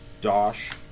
DOSH